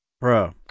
Bro